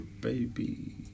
baby